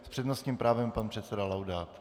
S přednostním právem pan předseda Laudát.